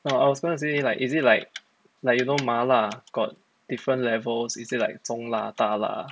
orh I was going to say like is it like like you know 麻辣 got different levels is it like 中辣大辣